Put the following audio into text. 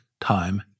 time